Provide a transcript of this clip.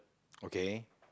okay